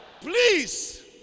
Please